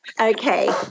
Okay